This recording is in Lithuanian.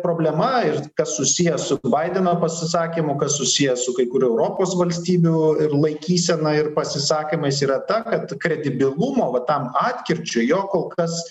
problema ir kas susiję su baideno pasisakymu kas susiję su kai kurių europos valstybių ir laikysena ir pasisakymais yra ta kad kredibilumo va tam atkirčiui jo kol kas